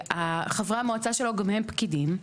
חברי המועצה שלו גם הם פקידים.